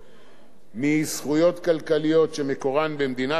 מזכויות כלכליות שמקורן במדינת ישראל,